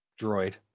droid